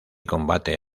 combate